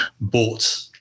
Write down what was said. bought